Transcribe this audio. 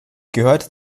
gehört